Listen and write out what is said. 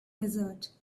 desert